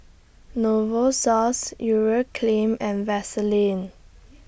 Novosource Urea Cream and Vaselin